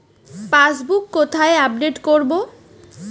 Passbook কোথায় update করব?